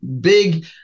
big